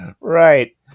right